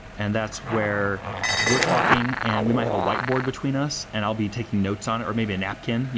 and that's where we're talking and we might have a whiteboard between us, and i'll be taking notes on, or maybe a napkin, yeah